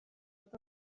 fod